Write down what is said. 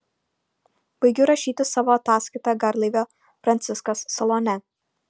baigiu rašyti savo ataskaitą garlaivio franciskas salone